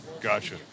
Gotcha